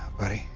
buddy,